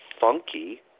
funky